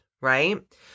right